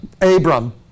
Abram